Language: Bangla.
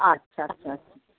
আচ্ছা আচ্ছা আচ্ছা